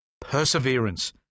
perseverance